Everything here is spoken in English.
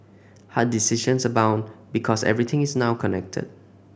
hard decisions abound because everything is now connected